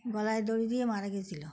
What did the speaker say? গলায় দড়ি দিয়ে মারা গিয়েছিল